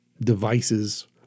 devices